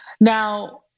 Now